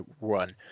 run